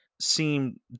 seem